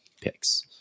picks